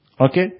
Okay